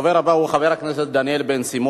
הדובר הבא הוא חבר הכנסת דניאל בן-סימון.